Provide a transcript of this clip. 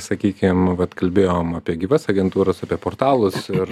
sakykim vat kalbėjom apie gyvas agentūras apie portalus ir